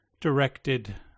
directed